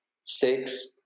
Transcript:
six